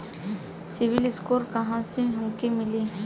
CIBIL score कहाँसे हमके मिली?